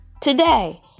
today